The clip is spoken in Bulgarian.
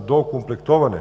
доокомплектоване.